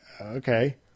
okay